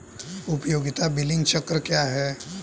उपयोगिता बिलिंग चक्र क्या है?